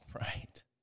Right